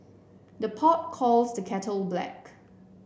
the pot calls the kettle black